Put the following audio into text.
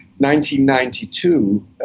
1992